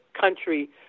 country